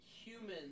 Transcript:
Human